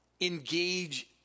engage